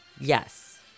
Yes